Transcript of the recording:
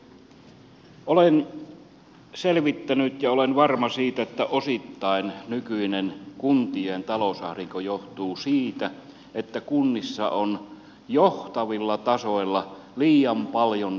olen selvittänyt ja olen varma siitä että osittain nykyinen kuntien talousahdinko johtuu siitä että kunnissa on johtavilla tasoilla liian paljon kallispalkkaisia virkamiehiä